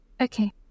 Okay